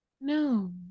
No